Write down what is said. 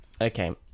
Okay